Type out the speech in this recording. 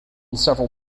several